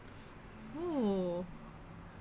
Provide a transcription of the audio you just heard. oh